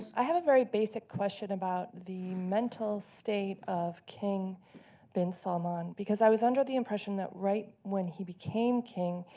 i have a very basic question about the mental state of king bin salman, because i was under the impression that right when he became king,